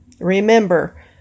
Remember